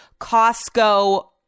Costco